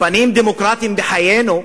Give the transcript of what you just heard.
פנים דמוקרטיים בחיינו,